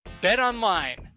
BetOnline